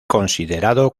considerado